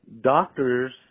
Doctors